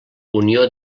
unió